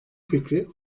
fikri